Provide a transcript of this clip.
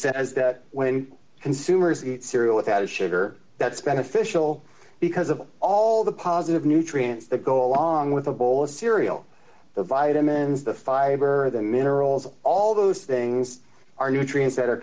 says that when consumers eat cereal with added sugar that's beneficial because of all the positive nutrients that go along with a bowl of cereal the vitamins the fiber the minerals all those things are nutrients that are